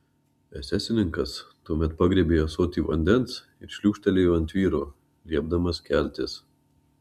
esesininkas tuomet pagriebė ąsotį vandens ir šliūkštelėjo ant vyro liepdamas keltis